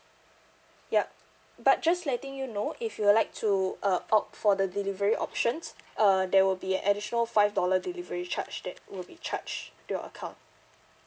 yup but just letting you know if you would like to uh opt for the delivery options uh there will be an additional five dollar delivery charge that would be charged to your account